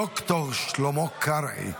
ד"ר שלמה קרעי.